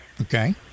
okay